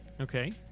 Okay